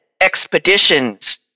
expeditions